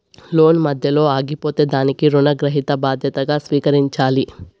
లోను మధ్యలో ఆగిపోతే దానికి రుణగ్రహీత బాధ్యతగా స్వీకరించాలి